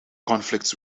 conflicts